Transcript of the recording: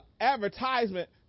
advertisement